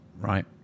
right